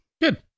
Good